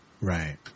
Right